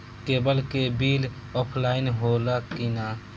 Cable के bill offline होला कि ना?